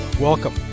Welcome